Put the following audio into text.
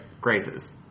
Graces